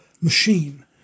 machine